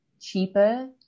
cheaper